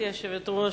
גברתי היושבת-ראש,